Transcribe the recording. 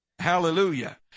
Hallelujah